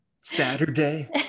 Saturday